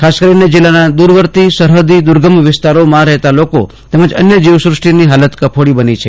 ખાસ કરીને જીલ્લાનાં દૂરવર્તી સરહદી વિસ્તારોમાં રહેતા લોકો તેમજ અન્ય જીવસૃષ્ટી ની ફાલત કફોડી બની છે